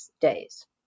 days